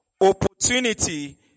Opportunity